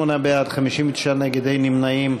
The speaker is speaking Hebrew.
48 בעד, 59 נגד, אין נמנעים.